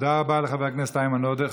תודה רבה לחבר הכנסת איימן עודה.